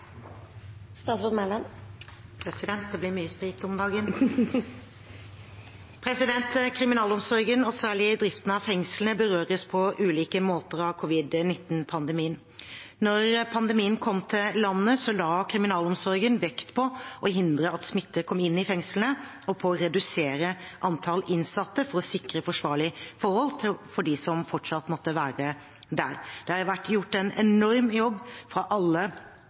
Kriminalomsorgen, og særlig driften av fengslene, berøres på ulike måter av covid-19-pandemien. Da pandemien kom til landet, la kriminalomsorgen vekt på å hindre at smitte kom inn i fengslene, og på å redusere antall innsatte for å sikre forsvarlige forhold for dem som fortsatt måtte være der. Det har vært gjort en enorm jobb fra alle